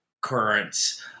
currents